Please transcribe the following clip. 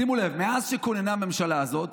שימו לב, מאז שכוננה הממשלה הזאת,